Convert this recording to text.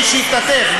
לשיטתך,